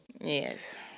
Yes